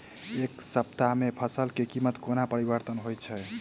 एक सप्ताह मे फसल केँ कीमत कोना परिवर्तन होइ छै?